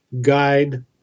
guide